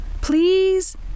Please